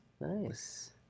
Nice